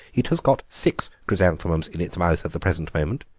it has got six chrysanthemums in its mouth at the present moment.